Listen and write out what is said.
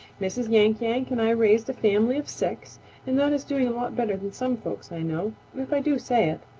mrs. yank-yank and i raised a family of six and that is doing a lot better than some folks i know, if i do say it.